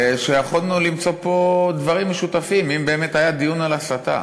שיכולנו למצוא פה דברים משותפים אם באמת היה דיון על הסתה.